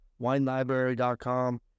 WineLibrary.com